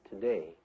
today